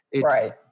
Right